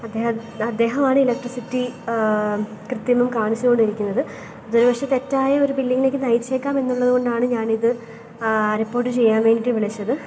അദ്ദേഹം അദ്ദേഹമാണ് ഇലക്ട്രിസിറ്റി കൃത്രിമം കാണിച്ചുകൊണ്ടിരിക്കുന്നത് ഇതൊരു പക്ഷെ തെറ്റായ ഒരു ബില്ലിംഗിലേക്ക് നയിച്ചേക്കാം എന്നുള്ളതുകൊണ്ടാണ് ഞാനിത് റിപ്പോര്ട്ട് ചെയ്യാന് വേണ്ടിയിട്ട് വിളിച്ചത്